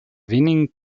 winning